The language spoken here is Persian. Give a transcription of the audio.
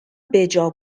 بجا